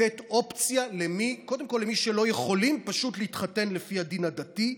לתת אופציה קודם כול למי שלא יכולים פשוט להתחתן לפי הדין הדתי.